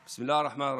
דברים בשפה הערבית,